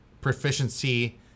proficiency